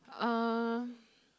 um